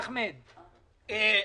אדוני,